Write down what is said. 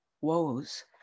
woes